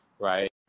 right